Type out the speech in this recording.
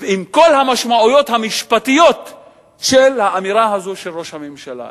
עם כל המשמעויות המשפטיות של האמירה הזאת של ראש הממשלה,